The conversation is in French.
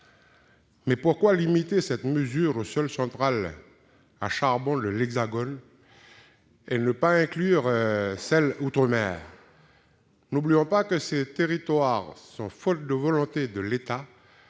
Mais pourquoi limiter cette mesure aux seules centrales à charbon de l'Hexagone et ne pas inclure celles d'outre-mer ?